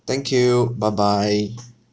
thank you bye bye